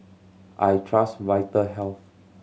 I trust Vitahealth